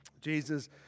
Jesus